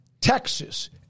Texas